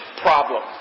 problem